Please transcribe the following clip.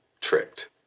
tricked